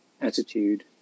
attitude